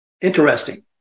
interesting